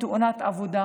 בתאונת עבודה.